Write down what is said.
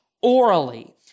orally